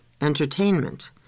entertainment